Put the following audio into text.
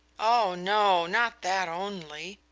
oh, no not that only.